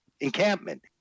encampment